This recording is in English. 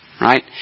Right